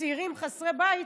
שצעירים חסרי בית,